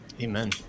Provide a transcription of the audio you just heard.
amen